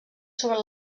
sobre